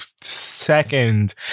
second